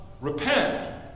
repent